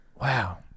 Wow